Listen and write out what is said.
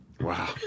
Wow